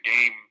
game